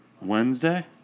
Wednesday